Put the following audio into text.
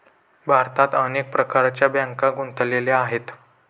भारतात अनेक प्रकारच्या बँका गुंतलेल्या आहेत